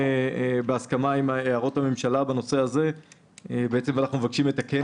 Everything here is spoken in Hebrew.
בהסכמה עם הערות הממשלה בנושא הזה אנחנו מבקשים לתקן